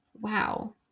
Wow